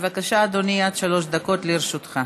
בבקשה, אדוני, עד שלוש דקות לרשותך.